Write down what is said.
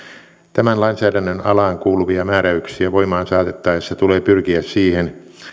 tämän lainsäädännön alaan kuuluvia määräyksiä voimaan saatettaessa tulee pyrkiä siihen